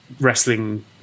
wrestling